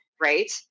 right